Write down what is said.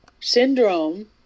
syndrome